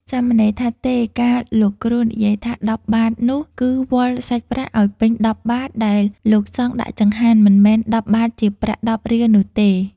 សាមណេរថា "ទេ! កាលលោកគ្រូនិយាយថា ១០ បាទនោះ គឺវាល់សាច់ប្រាក់ឲ្យពេញ ១០ បាត្រដែលលោកសង្ឃដាក់ចង្ហាន់ មិនមែន ១០ បាទ ជាប្រាក់ ១០ រៀលនោះទេ។